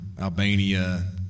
Albania